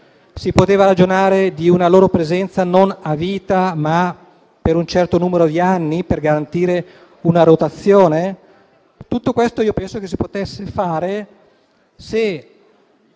si poteva ragionare di una loro presenza non a vita, ma per un certo numero di anni, per garantire una rotazione. Tutto questo penso si sarebbe potuto fare se